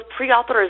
preauthorization